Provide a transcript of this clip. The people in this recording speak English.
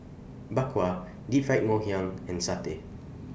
Bak Kwa Deep Fried Ngoh Hiang and Satay